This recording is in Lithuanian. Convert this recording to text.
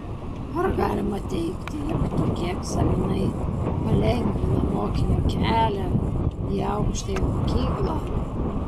ar galima teigti jog tokie egzaminai palengvina mokinio kelią į aukštąją mokyklą